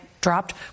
dropped